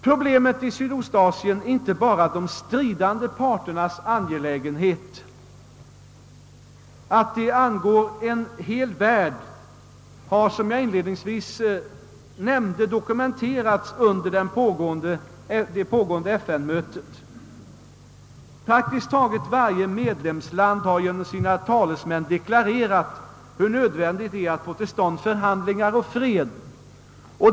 Problemen i Sydöstasien är inte bara de stridande parternas angelägenhet; att de angår en hel värld har, som jag inledningsvis nämnde, dokumenterats under det pågående FN-mötet. Praktiskt taget alla medlemsländer har genom sina talesmän framhållit hur nödvändigt det är att få förhandlingar om fred till stånd.